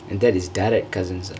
and that is direct cousins ah